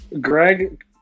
Greg